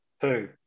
Two